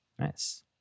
Nice